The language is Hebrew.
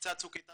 במבצע צוק איתן